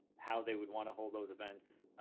how they would wanna hold those events,